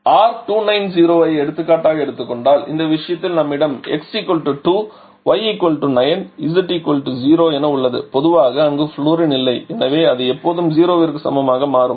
R290 ஐ எடுத்துக்காட்டாக எடுத்துக் கொண்டால் இந்த விஷயத்தில் நம்மிடம் x 2 y 9 z 0 உள்ளது பொதுவாக அங்கு ஃவுளூரின் இல்லை எனவே அவை எப்போதும் 0 ற்கு சமமாக மாறும்